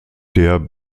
der